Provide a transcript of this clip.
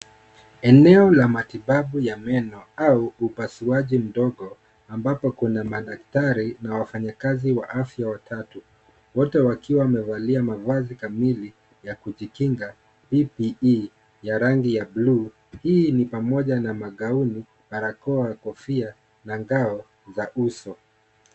Eneo la matibabu ya meno au upasuaji mdogo ambapo kuna madaktari na wafanyikazi wa afya watatu, wote wakiwa wamevalia mavazi kamili ya kujikinga PPE ya rangi ya bluu, hii ni pamoja na magauni, barakoa na kofia na ngao za uso.